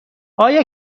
آیا